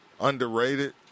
Underrated